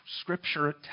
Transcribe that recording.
Scripture